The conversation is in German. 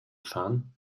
fahren